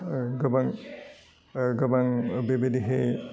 गोबां गोबां बेबायदिहै